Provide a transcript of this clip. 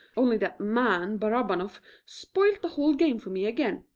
only that man barabanoff spoilt the whole game for me again.